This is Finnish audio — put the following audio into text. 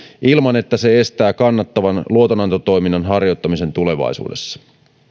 ilman että se estää kannattavan luotonantotoiminnan harjoittamisen tulevaisuudessa